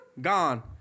gone